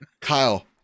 Kyle